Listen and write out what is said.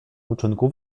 uczynku